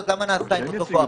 זאת לא הסיבה.